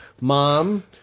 Mom